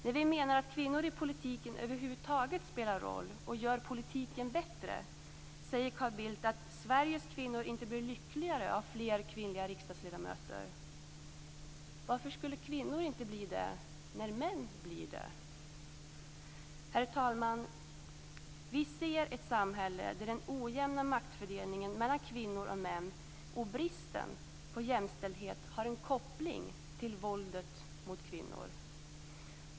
När vi menar att kvinnor i politiken över huvud taget spelar roll och gör politiken bättre säger Carl Bildt att "Sveriges kvinnor inte blir lyckligare av fler kvinnliga riksdagsledamöter". Varför skulle kvinnor inte bli det när män blir det? Herr talman! Vi har ett samhälle där den ojämna maktfördelningen mellan kvinnor och män och bristen på jämställdhet har en koppling till våldet mot kvinnor.